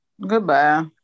Goodbye